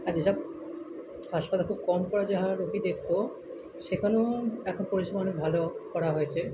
আর যেসব হাসপাতাল খুব কম করে রোগী দেখত সেখানেও এখন পরিষেবা অনেক ভালো করা হয়েছে